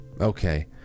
Okay